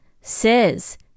says